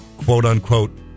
quote-unquote